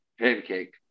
pancake